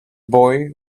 boy